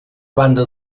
banda